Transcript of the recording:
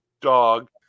Dog